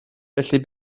felly